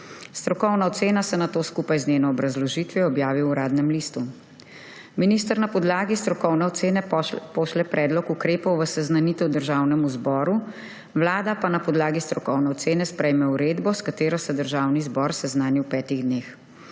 Strokovna ocena se nato skupaj z njeno obrazložitvijo objavi v Uradnem listu. Minister na podlagi strokovne ocene pošlje predlog ukrepov v seznanitev Državnemu zboru, Vlada pa na podlagi strokovne ocene sprejme uredbo, s katero se Državni zbor seznani v petih dneh.